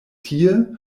tie